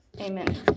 Amen